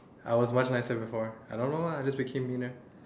I was much nicer before I don't know lah I just became meaner